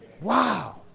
Wow